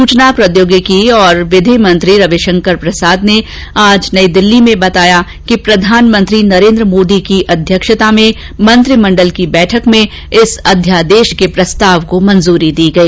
सुचना प्रौद्योगिकी और विधि मंत्री रविशंकर प्रसाद ने आज नई दिल्ली में बताया कि प्रधानमंत्री नरेन्द्र मोदी की अध्यक्षता में मंत्रिमण्डल की बैठक में इस अध्यादेश के प्रस्ताव को मंजूरी दी गई